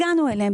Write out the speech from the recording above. הגענו אליו,